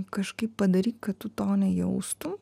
kažkaip padaryt kad tu to nejaustum